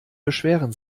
beschweren